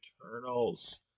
Eternals